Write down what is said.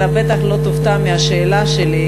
אתה בטח לא תופתע מהשאלה שלי,